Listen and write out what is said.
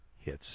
hits